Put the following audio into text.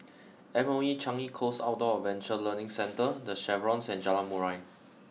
M O E Changi Coast Outdoor Adventure Learning Centre The Chevrons and Jalan Murai